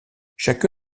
chaque